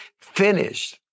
finished